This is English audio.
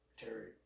Terry